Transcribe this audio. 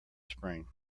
spring